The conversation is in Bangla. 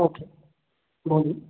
ওকে বলুন